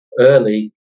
early